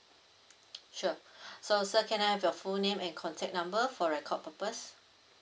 sure so sir can I have your full name and contact number for record purpose